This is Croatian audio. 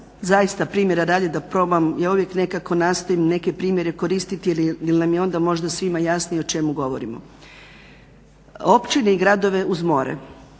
zaista primjera radi da probam, ja uvijek nekako nastojim neke primjere koristiti jer nam je onda možda svima jasnije o čemu govorimo. Općine i gradove uz more